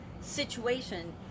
situation